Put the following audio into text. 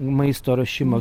maisto ruošimo